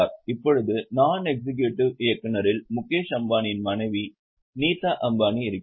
இப்போது non executive இயக்குநரில் முகேஷ் அம்பானியின் மனைவி நீதா அம்பானி இருக்கிறார்